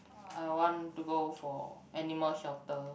I want to go for animal shelter